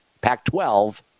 Pac-12